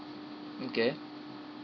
mm okay